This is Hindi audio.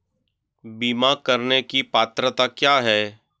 बीमा करने की पात्रता क्या है?